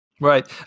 right